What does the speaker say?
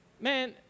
man